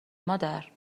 مادر